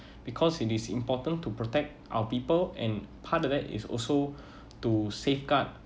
because it is important to protect our people and part of that is also to safeguard